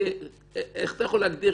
איך אתה יכול להגדיר